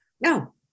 No